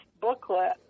booklet